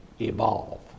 evolve